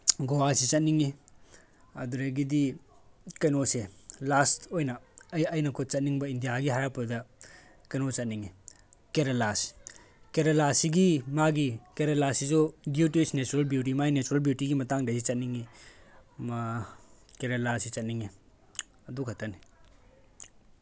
ꯒꯣꯋꯥꯁꯤ ꯆꯠꯅꯤꯡꯉꯤ ꯑꯗꯨꯗꯒꯤꯗꯤ ꯀꯩꯅꯣꯁꯦ ꯂꯥꯁ ꯑꯣꯏꯅ ꯑꯩ ꯑꯩꯅꯀꯣ ꯆꯠꯅꯤꯡꯕ ꯏꯟꯗꯤꯌꯥꯒꯤ ꯍꯥꯏꯔꯛꯄꯗ ꯀꯩꯅꯣ ꯆꯠꯅꯤꯡꯉꯦ ꯀꯦꯔꯂꯥꯁꯤ ꯀꯦꯔꯂꯥꯁꯤꯒꯤ ꯃꯥꯒꯤ ꯀꯦꯔꯂꯥꯁꯤꯁꯨ due to its natural beauty ꯃꯥꯒꯤ ꯅꯦꯆꯔꯦꯜ ꯕ꯭ꯌꯨꯇꯤꯒꯤ ꯃꯇꯥꯡꯗ ꯑꯩꯁꯤ ꯆꯠꯅꯤꯡꯉꯤ ꯀꯦꯔꯂꯥꯁꯤ ꯆꯠꯅꯤꯡꯉꯤ ꯑꯗꯨ ꯈꯛꯇꯅꯤ